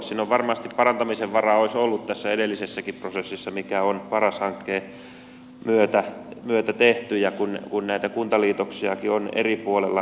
siinä varmasti parantamisen varaa olisi ollut tässä edellisessäkin prosessissa joka on paras hankkeen myötä tehty ja kun näitä kuntaliitoksiakin on eri puolilla tapahtunut